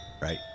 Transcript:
Right